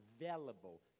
available